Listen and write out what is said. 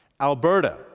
Alberta